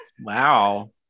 Wow